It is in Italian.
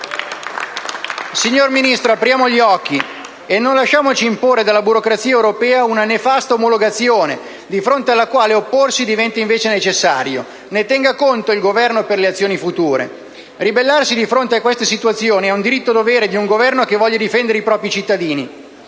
Signor Ministro, apriamo gli occhi e non lasciamoci imporre dalla burocrazia europea una nefasta omologazione, di fronte alla quale opporsi diventa invece necessario; ne tenga conto il Governo per le azioni future. Ribellarsi di fronte a queste situazioni è un diritto-dovere di un Governo che voglia difendere i propri cittadini.